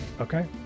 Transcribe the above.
Okay